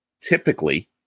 Typically